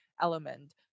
element